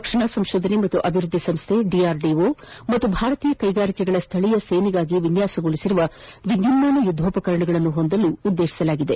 ರಕ್ಷಣಾ ಸಂಶೋಧನೆ ಮತ್ತು ಅಭಿವ್ವದ್ದಿ ಸಂಸ್ಥೆ ಡಿಆರ್ಡಿಒ ಹಾಗೂ ಭಾರತೀಯ ಕೈಗಾರಿಕೆಗಳು ಸ್ಥಳೀಯ ಸೇನೆಗಾಗಿ ವಿನ್ಯಾಸಗೊಳಿಸಿದ ವಿದ್ಯುನ್ಮಾನ ಯುದ್ದೋಪಕರಣಗಳನ್ನು ಹೊಂದಲು ಉದ್ದೇಶಿಸಲಾಗಿದೆ